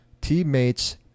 teammates